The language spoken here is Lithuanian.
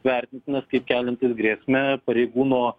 vertintinas kaip keliantis grėsmę pareigūno